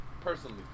personally